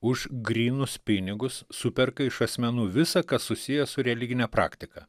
už grynus pinigus superka iš asmenų visa kas susiję su religine praktika